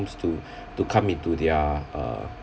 to to come into their uh